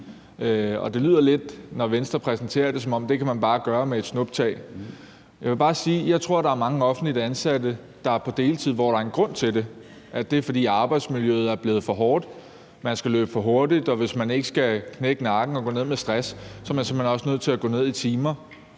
Det lyder lidt, når Venstre præsenterer det, som om det er noget, man bare kan gøre med et snuptag. Jeg vil bare sige, at jeg tror, der er mange offentligt ansatte, der er på deltid, hvor der er en grund til det – at det er, fordi arbejdsmiljøet er blevet for hårdt, man skal løbe for hurtigt, og hvis man ikke skal knække nakken og gå ned med stress, er man simpelt hen også nødt til at gå ned i timer.